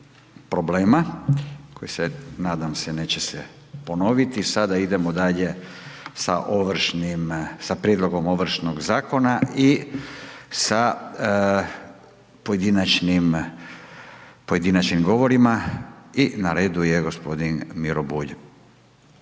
Hvala. **Radin, Furio (Nezavisni)** Sada idemo dalje sa Prijedlogom ovršnog zakona i sa pojedinačnim govorima. Na redu je gospodin Miro Bulj.